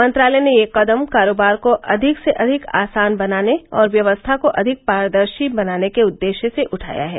मंत्रालय ने यह कदम कारोबार को अधिक से अधिक आसान बनाने और व्यवस्था को अधिक पारदर्शी बनाने के उद्देश्य से उठाया है